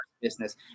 business